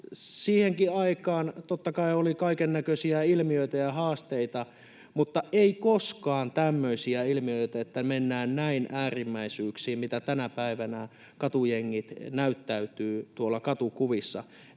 siihenkin aikaan totta kai oli kaikennäköisiä ilmiöitä ja haasteita, mutta ei koskaan tämmöisiä ilmiöitä, että mennään näin äärimmäisyyksiin, miten tänä päivänä katujengit näyttäytyvät tuolla katukuvissa.